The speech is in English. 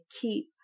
keep